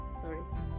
sorry